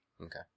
Okay